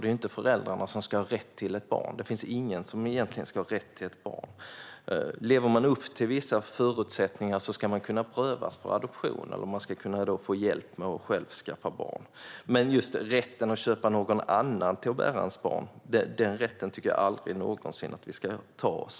Det är inte föräldrarna som ska ha rätt till ett barn. Det finns ingen som egentligen ska ha rätt till ett barn. Lever man upp till vissa förutsättningar ska man kunna prövas för adoption eller få hjälp med att själv skaffa barn. Men just rätten att köpa någon annan till att bära ett barn tycker jag aldrig någonsin att vi ska ta oss.